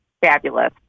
fabulous